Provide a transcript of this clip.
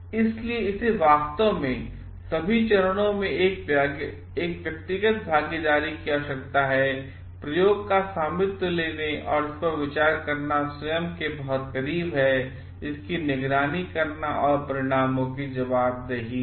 इसलिए इसेवास्तवमें सभी चरणोंमें एकव्यक्तिगत भागीदारी कीआवश्यकता होती है प्रयोग का स्वामित्व लेने इस पर विचार करना स्वयं के बहुत करीब है और इसकी निगरानी करना और परिणामों की जवाबदेही लेना